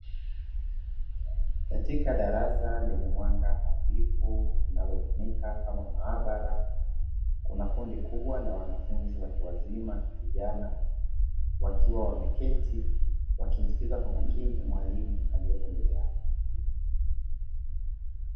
Katika darasa lenye mwanga hafifu, linalotumika kama maabara kuna kundi kubwa la wanafunzi watu wazima vijana, wakiwa wameketi, wakimsikiliza kwa makini mwalimu aliyoko mbele yao.